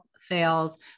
fails